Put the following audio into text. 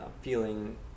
feeling